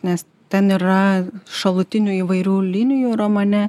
nes ten yra šalutinių įvairių linijų romane